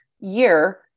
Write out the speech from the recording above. year